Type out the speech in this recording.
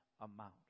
amount